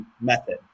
method